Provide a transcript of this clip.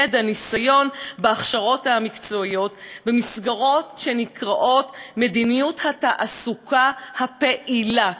ידע וניסיון בהכשרות המקצועיות במסגרת מה שנקרא מדיניות התעסוקה הפעילה,